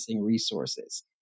resources